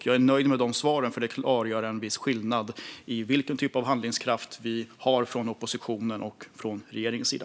Jag är nöjd med dessa svar, för de klargör att det finns en viss skillnad i vilken typ av handlingskraft vi har från oppositionens sida och från regeringens sida.